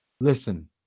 Listen